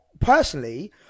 Personally